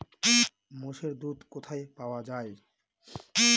মোষের দুধ কোথায় পাওয়া যাবে?